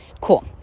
Cool